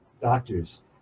doctors